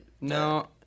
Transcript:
no